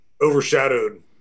overshadowed